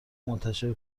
منتشر